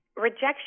rejection